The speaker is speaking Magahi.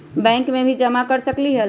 बैंक में भी जमा कर सकलीहल?